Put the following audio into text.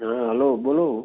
હં હલો બોલો